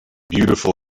beautiful